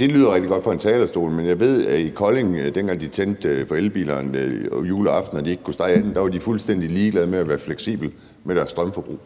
Det lyder rigtig godt fra en talerstol, men jeg ved, at i Kolding, dengang de tændte for elbilerne juleaften og de ikke kunne stege anden, var de fuldstændig ligeglade med at være fleksible med deres strømforbrug.